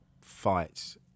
fights